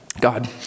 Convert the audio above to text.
God